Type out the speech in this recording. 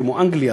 כמו אנגליה,